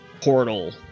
portal